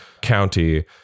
county